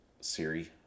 Siri